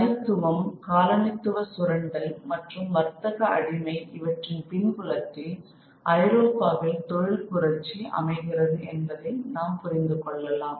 தனித்துவம் காலனித்துவ சுரண்டல் மற்றும் வர்த்தக அடிமை இவற்றின் பின் புலத்தில் ஐரோப்பாவில் தொழில் புரட்சி அமைகிறது என்பதை நாம் புரிந்து கொள்ளலாம்